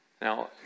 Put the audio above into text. Now